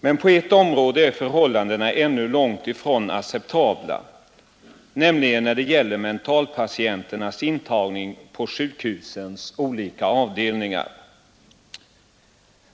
Men på ett område är förhållandena ännu långt ifrån acceptabla, nämligen när det gäller mentalpatienternas intagning på sjukhusens olika avdelningar.